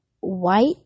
White